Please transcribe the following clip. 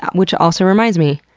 ah which also reminds me,